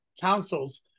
councils